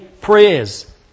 prayers